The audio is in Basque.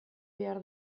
behar